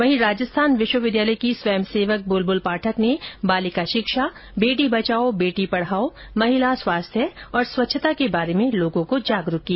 वहीं राजस्थान विश्वविद्यालय की स्वयं सेवक बुलबुल पाठक ने बालिका शिक्षा बेटी बंचाओ बेटी पढ़ाओ महिला स्वास्थ्य और स्वच्छता के बारे में लोगों को जागरूक किया